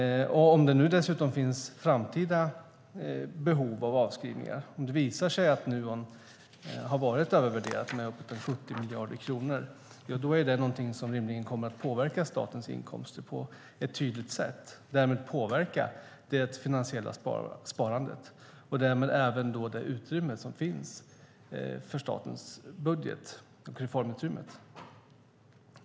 Om det nu dessutom finns framtida behov av avskrivningar och om det visar sig att Nuon har varit övervärderat med uppåt 70 miljarder kronor är det någonting som rimligen kommer att påverka statens inkomster på ett tydligt sätt. Därmed kommer det att påverka det finansiella sparandet och därmed även statens budget och reformutrymme.